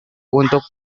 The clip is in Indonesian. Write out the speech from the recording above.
untuk